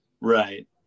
Right